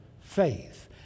faith